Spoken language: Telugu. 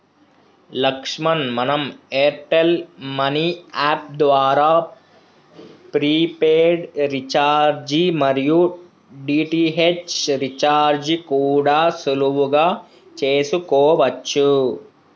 లక్ష్మణ్ మనం ఎయిర్టెల్ మనీ యాప్ ద్వారా ప్రీపెయిడ్ రీఛార్జి మరియు డి.టి.హెచ్ రీఛార్జి కూడా సులువుగా చేసుకోవచ్చు